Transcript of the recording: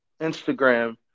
Instagram